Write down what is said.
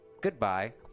goodbye